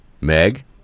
Meg